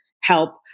help